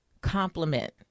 complement